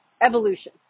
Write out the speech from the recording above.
evolution